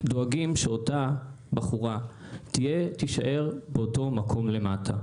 דואגים שאותה בחורה תישאר באותו מקום למטה?